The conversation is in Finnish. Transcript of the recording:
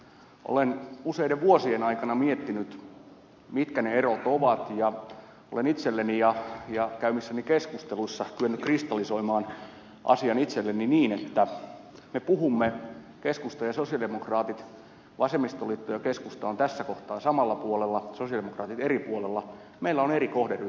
olen useiden vuosien aikana miettinyt mitkä ne erot ovat ja olen itselleni ja käymissäni keskusteluissa kyennyt kristallisoimaan asian niin että vasemmistoliitto ja keskusta on tässä kohtaa samalla puolella sosialidemokraatit eri puolella meillä on eri kohderyhmät